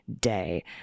day